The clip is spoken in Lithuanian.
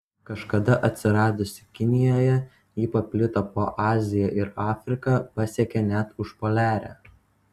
kažkada atsiradusi kinijoje ji paplito po aziją ir afriką pasiekė net užpoliarę